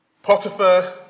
Potiphar